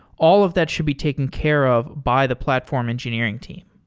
all of that should be taken care of by the platform engineering team.